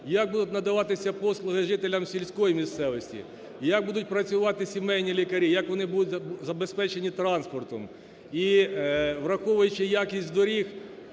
як будуть надаватися послуги жителям сільської місцевості, як будуть працювати сімейні лікарі, як вони будуть забезпечені транспортом? І, враховуючи якість доріг,